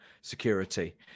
security